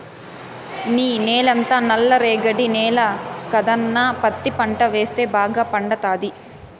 నీ నేలంతా నల్ల రేగడి నేల కదన్నా పత్తి పంట వేస్తే బాగా పండతాది